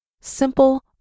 simple